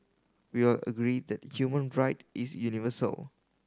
we all agree that human right is universal